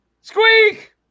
Squeak